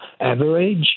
average